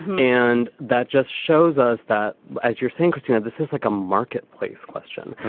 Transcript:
and that just shows us that as you're saying christine that this is like a marketplace question.